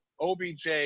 OBJ